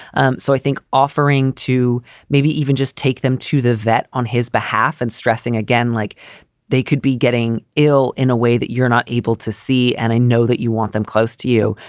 um so i think offering to maybe even just take them to the vet on his behalf and stressing again, like they could be getting ill in a way that you're not able to see. and i know that you want them close to you,